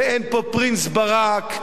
ואין פה "פרינס ברק",